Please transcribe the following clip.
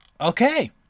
okay